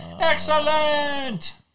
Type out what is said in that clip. excellent